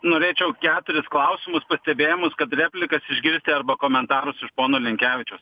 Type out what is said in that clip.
norėčiau keturis klausimus pastebėjimus kad replikas išgirsti arba komentarus iš pono linkevičiaus